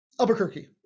Albuquerque